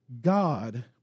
God